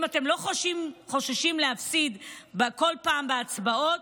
אתם לא חוששים להפסיד בכל פעם בהצבעות?